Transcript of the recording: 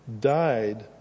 died